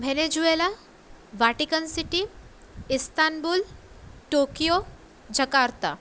Venezuela Vatican city Istanbul Tokyo Jakarta